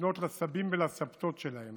לפנות לסבים ולסבתות שלהם